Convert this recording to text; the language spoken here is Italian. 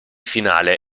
finale